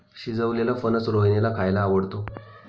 शिजवलेलेला फणस रोहिणीला खायला आवडतो